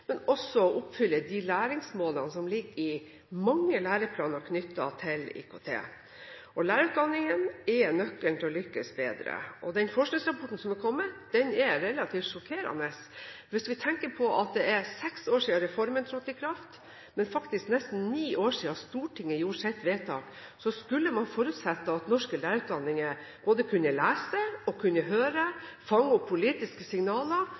oppfylle de læringsmålene som ligger i mange lærerplaner knyttet til IKT. Lærerutdanningen er nøkkelen til å lykkes bedre. Den forskningsrapporten som har kommet, er relativt sjokkerende. Hvis vi tenker på at det er seks år siden reformen trådte i kraft, men faktisk nesten ni år siden Stortinget gjorde sitt vedtak, skulle man forutsette at norske lærerutdanninger kunne både lese, høre og fange opp politiske signaler